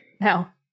Now